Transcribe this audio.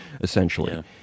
essentially